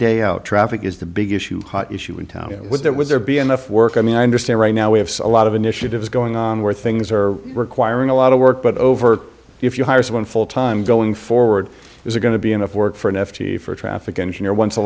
day out traffic is the big issue hot issue in town was there was there be enough work i mean i understand right now we have a lot of initiatives going on where things are requiring a lot of work but over if you hire someone full time going forward there are going to be enough work for an f d a for a traffic engineer once a